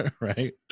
right